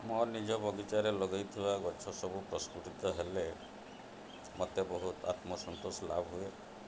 ମୋ ନିଜ ବଗିଚାରେ ଲଗେଇଥିବା ଗଛ ସବୁ ପ୍ରସ୍ଫୁଟିତ ହେଲେ ମୋତେ ବହୁତ ଆତ୍ମସନ୍ତୋଷ ଲାଭ ହୁଏ